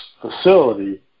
facility